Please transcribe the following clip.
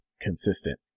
consistent